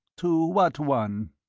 to what one?